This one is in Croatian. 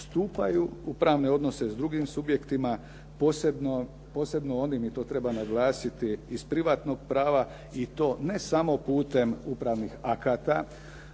u pravne odnose s drugim subjektima, posebno onim, i to treba naglasiti iz privatnog prava i to ne samo putem upravnih akata,